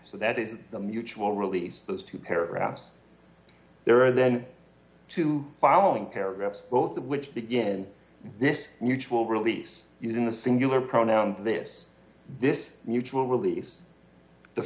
so that is the mutual release those two paragraphs there are then two following paragraphs both of which begin this mutual release using the singular pronoun this this mutual release